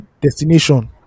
destination